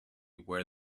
where